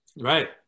Right